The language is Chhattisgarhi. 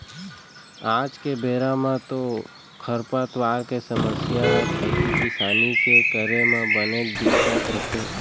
आज के बेरा म तो खरपतवार के समस्या ह खेती किसानी के करे म बनेच दिक्कत होथे